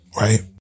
Right